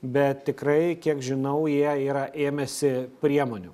bet tikrai kiek žinau jie yra ėmęsi priemonių